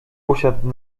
usiadł